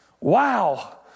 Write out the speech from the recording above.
Wow